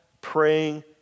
praying